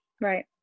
right